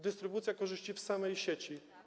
Dystrybucja korzyści w samej sieci.